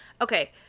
Okay